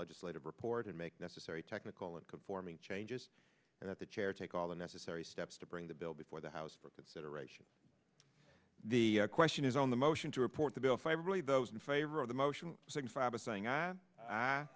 legislative report and make necessary technical and conforming changes and that the chair take all the necessary steps to bring the bill before the house for consideration the question is on the motion to report the bill five really those in favor of the motion